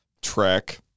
track